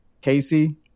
casey